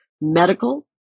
medical